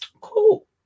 Cool